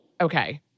Okay